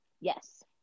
Yes